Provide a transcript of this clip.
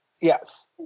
yes